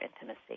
intimacy